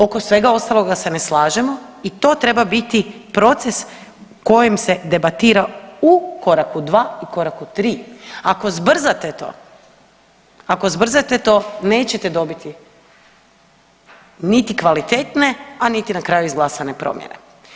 Oko svega ostaloga se ne slažemo i to treba biti proces u kojem se debatira u koraku 2, u koraku 3. Ako zbrzate to, ako zbrzate to nećete dobiti niti kvalitetne, a niti na kraju izglasane promjene.